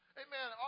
amen